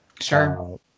Sure